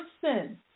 person